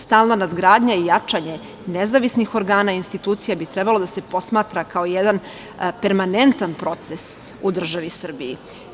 Stalna nadgradnja i jačanje nezavisnih organa institucija bi trebalo da se posmatra kao jedan permanentan proces u državi Srbiji.